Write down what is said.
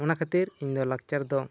ᱚᱱᱟ ᱠᱷᱟᱹᱛᱤᱨ ᱤᱧ ᱫᱚ ᱞᱟᱠᱪᱟᱨ ᱫᱚ